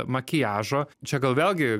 makiažo čia gal vėl gi